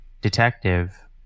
detective